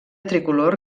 tricolor